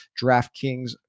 DraftKings